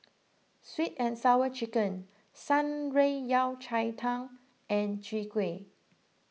Sweet and Sour Chicken Shan Rui Yao Cai Tang and Chwee Kueh